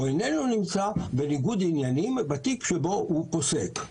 איננו נמצא בניגוד עניינים בתיק שוב הוא פוסק.